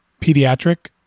Pediatric